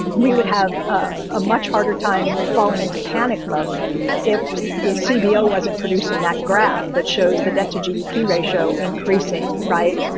we would have a much harder time falling into panic mode if the cbo wasn't producing that graph that shows the debt to gdp ratio increasing. right.